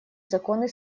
законы